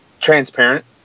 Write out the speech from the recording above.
transparent